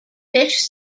fish